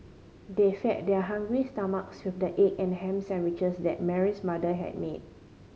they fed their hungry stomachs with the egg and ham sandwiches that Mary's mother had made